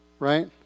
Right